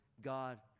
God